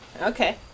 Okay